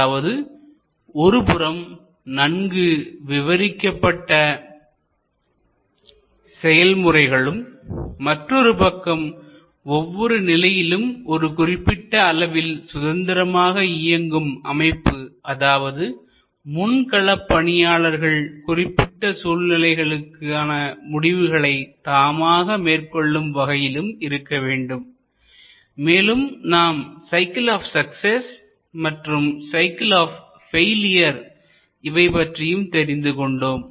அதாவது ஒருபுறம் நன்கு விவரிக்கப்பட்ட செயல்முறைகளும் மற்றொரு பக்கம் ஒவ்வொரு நிலையிலும் ஒரு குறிப்பிட்ட அளவில் சுதந்திரமாக இயங்கும் அமைப்பு அதாவது முன்களப்பணியாளர்கள் குறிப்பிட்ட சூழ்நிலைக்கான முடிவுகளை தாமாக மேற்கொள்ளும் வகையிலும் இருக்க வேண்டும் மேலும் நாம் சைக்கிள் ஆப் சக்சஸ் மற்றும் சைக்கிள் ஆப் ஃபெயிலியர் இவை பற்றியும் தெரிந்து கொண்டோம்